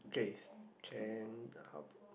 okay can how to